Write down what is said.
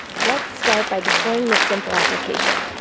let's start by deploying this simple application.